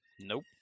Nope